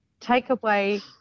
takeaway